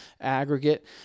aggregate